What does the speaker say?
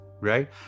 right